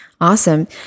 Awesome